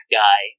guy